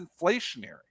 inflationary